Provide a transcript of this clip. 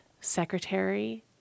secretary